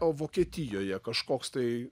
o vokietijoje kažkoks tai